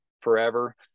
forever